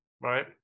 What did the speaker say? right